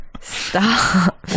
stop